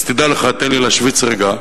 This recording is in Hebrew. אז תדע לך, תן לי להשוויץ רגע,